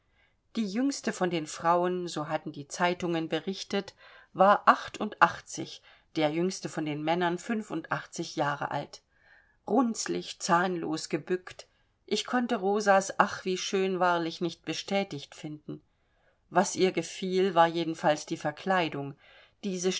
die jüngste von den frauen so hatten die zeitungen berichtet war achtundachtzig der jüngste von den männern fünfundachtzig jahre alt runzlig zahnlos gebückt ich konnte rosas ach wie schön wahrlich nicht bestätigt finden was ihr gefiel war jedenfalls die verkleidung diese